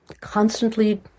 constantly